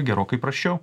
gerokai prasčiau